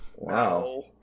Wow